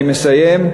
אני מסיים.